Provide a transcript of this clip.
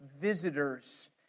visitors